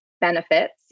benefits